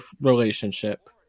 relationship